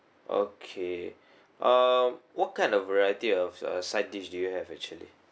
okay um what kind of variety of side dish do you have actually